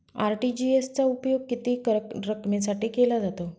RTGS चा उपयोग किती रकमेसाठी केला जातो?